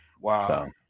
Wow